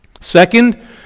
Second